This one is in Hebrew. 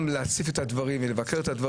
וגם להציף את הדברים ולבקר אותם.